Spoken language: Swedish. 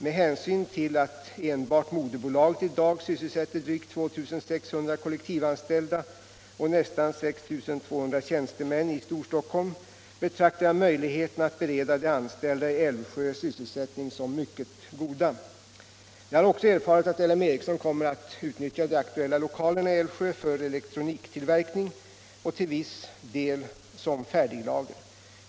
Med hänsyn till att enbart moderbolaget i dag sysselsätter drygt 2 600 kollektivanställda och nästan 6 200 tjänstemän i Storstockholm betraktar jag möjligheterna att bereda de anställda i Älvsjö sysselsättning som mycket goda. Jag har också erfarit att LM Ericsson kommer att utnyttja de aktuella lokalerna i Älvsjö för elektroniktillverkning och till viss del som färdiglager.